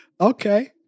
Okay